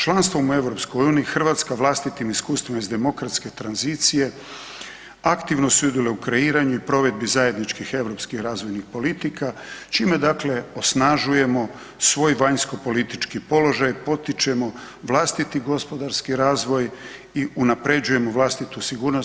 Članstvom u EU Hrvatska vlastitim iskustvima iz demokratske tranzicije aktivno sudjeluje u kreiranju i provedbi zajedničkih europskih razvojnih politika čime dakle osnažujemo svoj vanjsko-politički položaj, potičemo vlastiti gospodarski razvoj i unapređujemo vlastitu sigurnost.